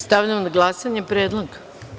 Stavljam na glasanje ovaj predlog.